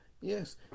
yes